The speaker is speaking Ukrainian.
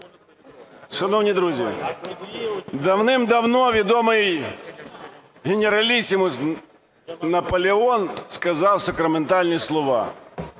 Шановні друзі, давним-давно відомий генералісимус Наполеон сказав сакраментальні слова,